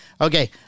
okay